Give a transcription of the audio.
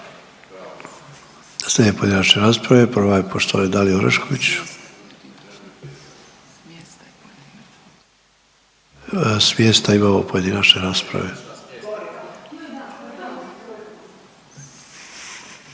Slijede pojedinačne rasprave, prva je poštovane Dalije Orešković. S mjesta imamo pojedinačne rasprave.